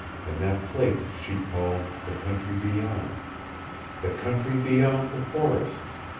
in that place she called the country beyond the country beyond the forests,